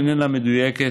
איננה מדויקת,